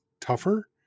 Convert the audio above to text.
tougher